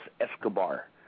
Escobar